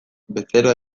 bezeroa